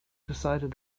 decided